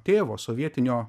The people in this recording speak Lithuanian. tėvo sovietinio